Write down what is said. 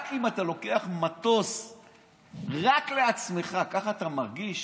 רק אם אתה לוקח מטוס רק לעצמך, ככה אתה מרגיש